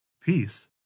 Peace